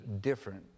different